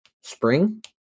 spring